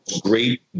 great